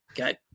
okay